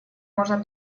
можно